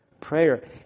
prayer